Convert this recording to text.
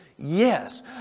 Yes